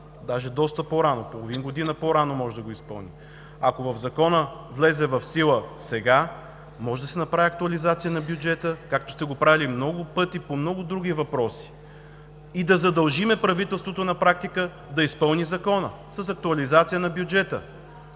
даже доста по-рано – половин година по-рано може да го изпълни. Ако Законът влезе в сила сега, може да се направи актуализация на бюджета, както сте го правили много пъти по много други въпроси, и да задължим правителството на практика да изпълни Закона с актуализация на бюджета.